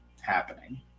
happening